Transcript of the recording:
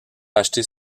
racheter